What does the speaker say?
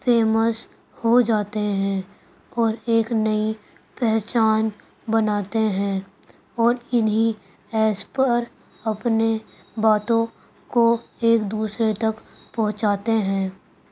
famous ہو جاتے ہیں اور ایک نئی پہچان بناتے ہیں اور انہیں ایپس پر اپنے باتوں کو ایک دوسرے تک پہنچاتے ہیں